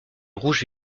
rouge